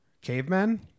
Cavemen